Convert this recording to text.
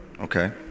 Okay